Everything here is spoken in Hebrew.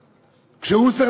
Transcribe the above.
הוא שהוא צריך